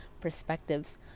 perspectives